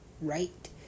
right